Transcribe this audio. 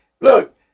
Look